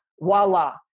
voila